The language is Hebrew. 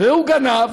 והוא גנב,